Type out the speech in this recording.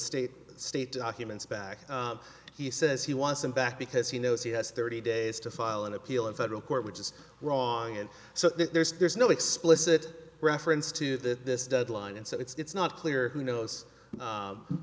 state state documents back he says he wants him back because he knows he has thirty days to file an appeal in federal court which is wrong and so there's there's no explicit reference to that this deadline and so it's not clear who knows